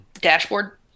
Dashboard